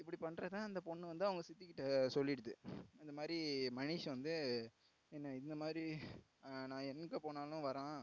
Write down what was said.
இப்படி பண்ணுறத அந்த பொண்ணு வந்து அவங்க சித்திக்கிட்ட சொல்லிவிடுது இதுமாதிரி மனிஷ் வந்து என்ன இந்தமாதிரி நான் எங்கே போனாலும் வரான்